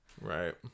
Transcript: Right